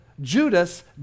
judas